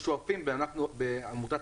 האמירה